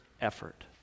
effort